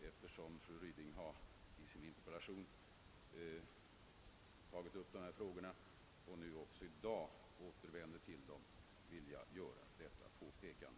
Eftersom fru Ryding i sin interpellation tagit upp frågan om vakanser och även i dag återvänder till den har jag velat göra detta påpekande.